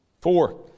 Four